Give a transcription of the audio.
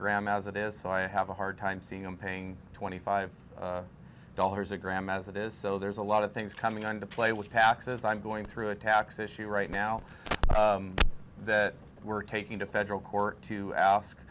gram as it is so i have a hard time seeing i'm paying twenty five dollars a gram as it is so there's a lot of things coming on to play with taxes i'm going through a tax issue right now that we're taking to federal court to